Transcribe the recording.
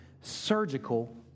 surgical